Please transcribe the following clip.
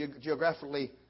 geographically